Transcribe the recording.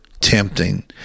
Tempting